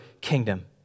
kingdom